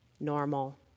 normal